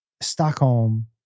Stockholm